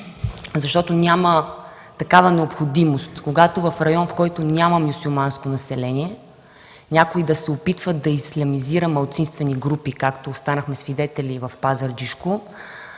защото няма такава необходимост. В район, в който няма мюсюлманско население, някой да се опитва да ислямизира малцинствени групи изкуствено, както станахме свидетели в Пазарджишко